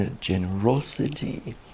generosity